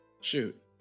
Shoot